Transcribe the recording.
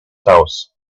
house